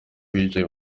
bicaye